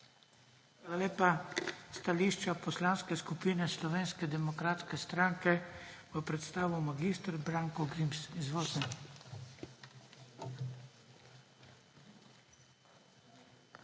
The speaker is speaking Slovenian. Hvala lepa. Stališče Poslanske skupine Slovenske demokratske stranke bo predstavil mag. Branko Grims. Izvolite.